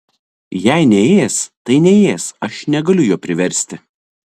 jei neės tai neės aš negaliu jo priversti